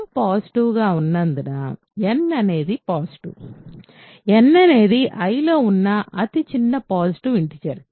m positive ఉన్నందున n అనేది positive n అనేది Iలో ఉన్న అతి చిన్న పాజిటివ్ ఇంటిజర్